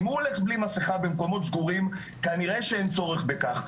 אם הוא הולך בלי מסכה במקומות סגורים כנראה שאין צורך בכך.